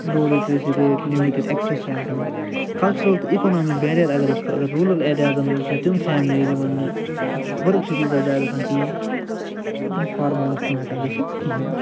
لوٚو literacy rate limited access چھِ آسان cultural تہٕ اِکونامِک بیریر اَگر أسۍ وُچھُو اَگر روٗلر ایرِیازَن منٛز وُچھُو تِم فیملیٖز یِمَن نہٕ وُنٛکٮ۪س ؤرٕک چھِ تیٖژاہ زیادٕ آسان کِہیٖنۍ تِم چھِنہٕ فارمَلَس کُن ہیٚکان گٔژِھتھ کِہیٖنۍ